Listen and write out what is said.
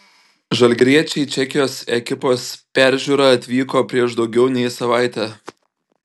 žalgiriečiai į čekijos ekipos peržiūrą atvyko prieš daugiau nei savaitę